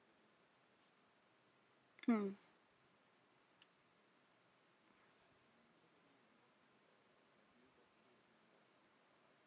mm